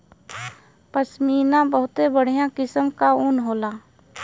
पश्मीना बहुते बढ़िया किसम क ऊन होला